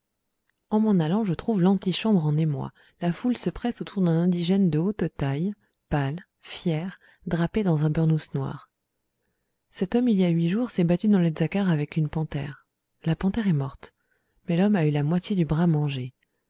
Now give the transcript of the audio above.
en m'en allant je trouve l'antichambre en émoi la foule se presse autour d'un indigène de haute taille pâle fier drapé dans un beurnouss noir cet homme il y a huit jours s'est battu dans le zaccar avec une panthère la panthère est morte mais l'homme a eu la moitié du bras mangée